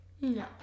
No